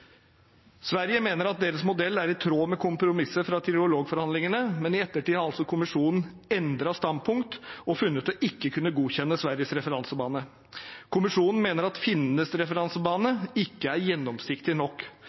Sverige mener at deres modell er i tråd med kompromisset fra trilogforhandlingene, men i ettertid har altså kommisjonen endret standpunkt og funnet ikke å kunne godkjenne Sveriges referansebane. Kommisjonen mener at finnenes referansebane ikke er gjennomsiktig nok.